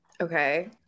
okay